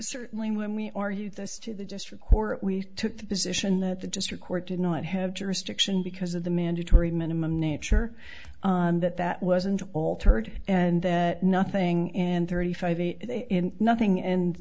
certainly when we argued this to the district court we took the position that the district court did not have jurisdiction because of the mandatory minimum nature and that that wasn't altered and that nothing in thirty five in nothing and